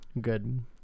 Good